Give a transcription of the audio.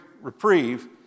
reprieve